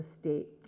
state